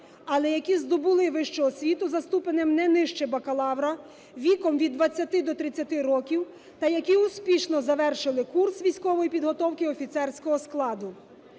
але які здобули вищу освіту за ступенем не нижче бакалавра, віком від 20 до 30 років, та які успішно завершили курс військової підготовки офіцерського складу.